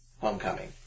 Homecoming